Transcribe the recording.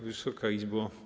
Wysoka Izbo!